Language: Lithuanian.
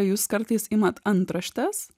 jūs kartais imat antraštes